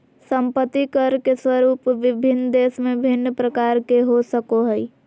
संपत्ति कर के स्वरूप विभिन्न देश में भिन्न प्रकार के हो सको हइ